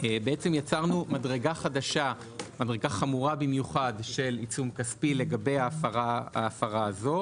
בעצם יצרנו מדרגה חדשה חמורה במיוחד של עיצום כספי לגבי ההפרה הזו.